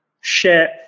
share